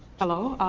hello.